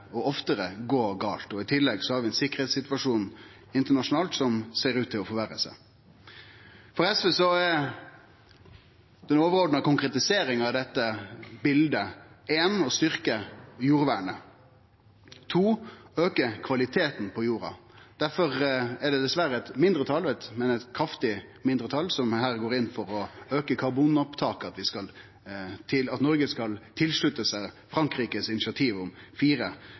gå gale. I tillegg har vi ein sikkerheitssituasjon internasjonalt som ser ut til å forverre seg. For SV er den overordna konkretiseringa av dette bildet – éin – å styrkje jordvernet og – to – å auke kvaliteten på jorda. Derfor er det dessverre eit mindretal, men eit kraftig mindretal, som her går inn for å auke karbonopptaket, at Noreg skal slutte seg til Frankrikes initiativ om